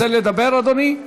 רוצה לדבר, אדוני,